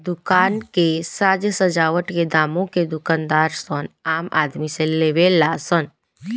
दुकान के साज सजावट के दामो के दूकानदार सन आम आदमी से लेवे ला सन